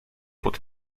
pod